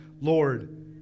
Lord